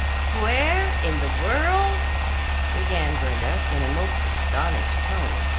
where in the world began brenda, in a most astonished tone.